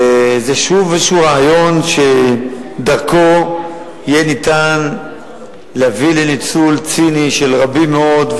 זה שוב איזה רעיון שדרכו יהיה אפשר להביא לניצול ציני של רבים מאוד,